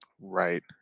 Right